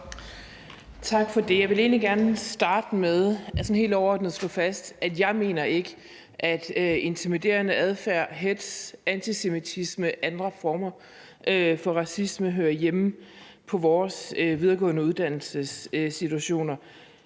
Tak for det. Jeg vil egentlig gerne starte med helt overordnet at slå fast, at jeg ikke mener, at intimiderende adfærd, hetz, antisemitisme og andre former for racisme hører hjemme på vores videregående uddannelsesinstitutioner.